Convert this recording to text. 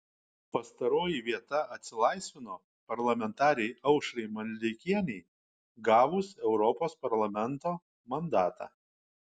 pastaroji vieta atsilaisvino parlamentarei aušrai maldeikienei gavus europos parlamento mandatą